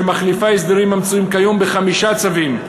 שמחליפה הסדרים המצויים כיום בחמישה צווים,